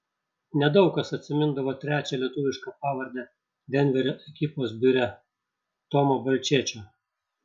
nedaug kas atsimindavo trečią lietuvišką pavardę denverio ekipos biure tomo balčėčio